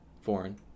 foreign